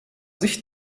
sich